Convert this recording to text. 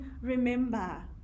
remember